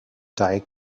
diet